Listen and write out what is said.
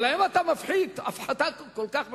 אבל להן אתה מפחית הפחתה כל כך משמעותית.